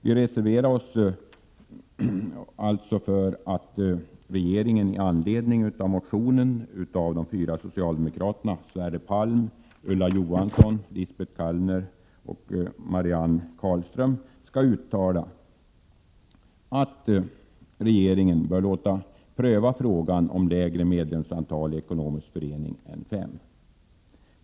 Vi vill alltså att riksdagen i anledning av motionen av de fyra socialdemokraterna — Sverre Palm, Ulla Johansson, Lisbet Calner och Marianne Carlström — skall uttala att regeringen bör låta pröva frågan om lägre medlemsantal i ekonomisk förening.